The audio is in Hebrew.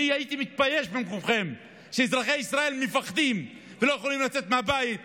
אני הייתי מתבייש במקומכם שאזרחי ישראל מפחדים ולא יכולים לצאת מהבית,